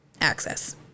access